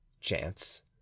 chance